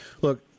Look